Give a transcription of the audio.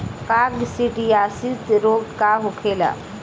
काकसिडियासित रोग का होखेला?